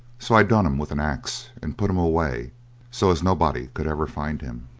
so i done him with an axe, and put him away so as nobody could ever find him.